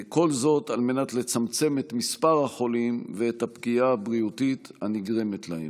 כל זאת על מנת לצמצם את מספר החולים ואת הפגיעה הבריאותית הנגרמת להם.